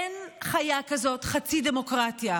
אין חיה כזאת חצי דמוקרטיה,